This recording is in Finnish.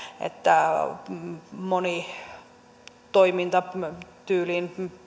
että monesta toiminnasta tyyliin